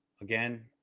Again